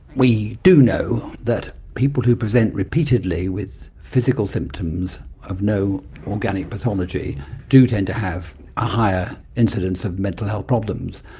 we do know that people who present repeatedly with physical symptoms of no organic pathology do tend to have a higher incidence of mental health problems.